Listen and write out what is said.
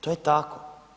To je tako.